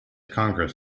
congress